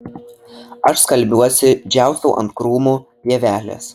aš skalbiuosi džiaustau ant krūmų pievelės